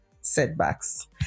setbacks